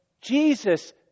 Jesus